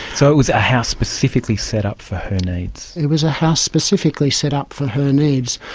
so it was a house specifically set up for her needs. it was a house specifically set up for her needs.